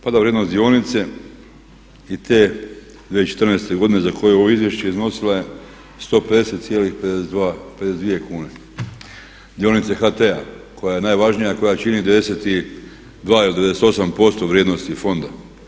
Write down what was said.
Pada vrijednost dionice i te 2014. godine za koju je ovo izvješće iznosila je 150,52 kune dionice HT-a koja je najvažnija i koja čini 92 ili 98% vrijednosti fonda.